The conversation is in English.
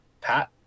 pat